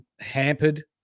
hampered